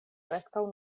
preskaŭ